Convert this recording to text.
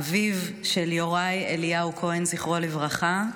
אביו של יוראי אליהו כהן, זכרו לברכה,